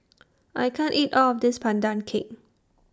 I can't eat All of This Pandan Cake